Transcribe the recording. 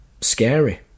scary